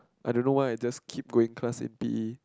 I don't know why I just keep going class in P_E